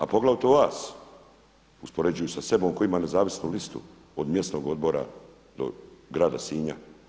A poglavito vas uspoređujući sa sobom koji imam nezavisnu listu od mjesnog odbora do grada Sinja.